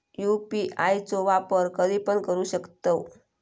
UPI चो वापर कधीपण करू शकतव?